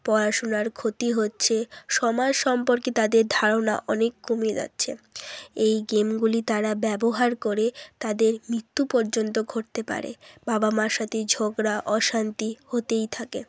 পড়াশুনার ক্ষতি হচ্ছে সমায় সম্পর্কে তাদের ধারণা অনেক কমে যাচ্ছে এই গেমগুলি তারা ব্যবহার করে তাদের মৃত্যু পর্যন্ত ঘটতে পারে বাবা মার সাথে ঝগড়া অশান্তি হতেই থাকে